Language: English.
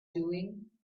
doing